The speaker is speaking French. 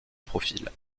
profil